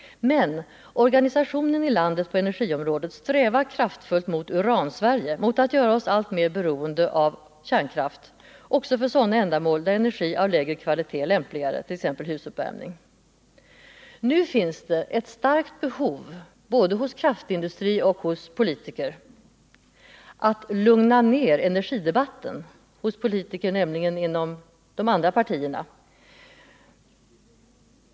Men organisationen i landet på energiområdet strävar kraftfullt mot Uransverige, mot att göra oss allt mer beroende av kärnkraft också för sådana ändamål där energi av lägre kvalitet är lämpligare, t.ex. husuppvärmning. Det finns nu ett starkt behov, både hos kraftindustri och hos politiker inom de andra partierna, av att lugna ned energidebatten.